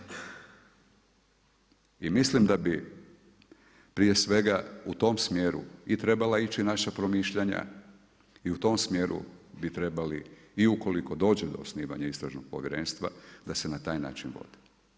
I mislim da bi prije svega u tom smjeru i trebala ići naša promišljanja i u tom smjeru bi trebali i ukoliko dođe do osnivanja Istražnog povjerenstva da se na taj način vode.